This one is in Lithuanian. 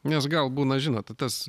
nes gal būna žinot tas